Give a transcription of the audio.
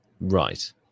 Right